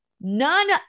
none